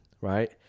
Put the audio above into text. right